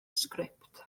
sgript